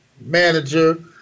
manager